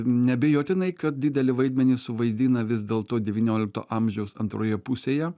neabejotinai kad didelį vaidmenį suvaidina vis dėlto devyniolikto amžiaus antroje pusėje